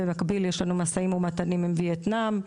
במקביל יש לנו משאים ומתנים עם ויאטנם.